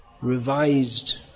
revised